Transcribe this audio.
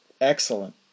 Excellent